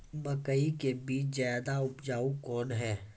मकई के बीज ज्यादा उपजाऊ कौन है?